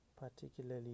particularly